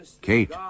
Kate